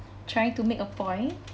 trying to make a point